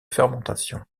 fermentation